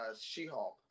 She-Hulk